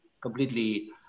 completely